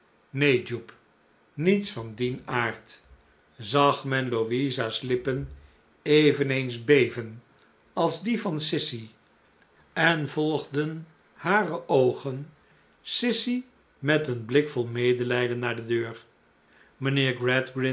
jupe niets van dien aard zag men louisa's lippen eveneens beven als die van sissy en volgden hare oogen sissy met een blik vol medelijden naar de deur mijnheer